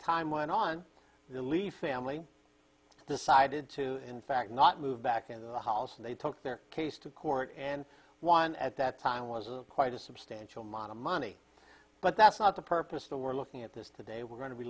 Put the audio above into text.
time went on belief family decided to in fact not move back into the house and they took their case to court and won at that time was a quite a substantial amount of money but that's not the purpose the we're looking at this today we're going to be